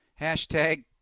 hashtag